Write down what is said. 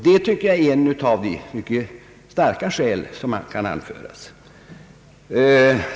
Det tycker jag är ett av de starka skäl som kan anföras.